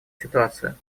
ситуацию